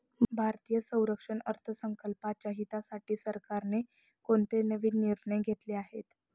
भारतीय संरक्षण अर्थसंकल्पाच्या हितासाठी सरकारने कोणते नवीन निर्णय घेतले आहेत?